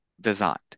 designed